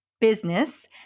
business